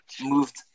moved